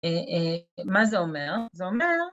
מה זה עומד?